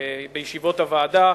בישיבות הוועדה,